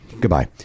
goodbye